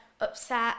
upset